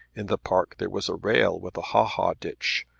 in the park there was a rail with a ha-ha ditch,